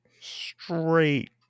Straight